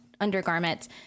undergarments